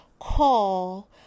call